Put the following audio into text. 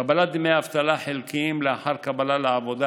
קבלת דמי אבטלה חלקיים לאחר קבלה לעבודה,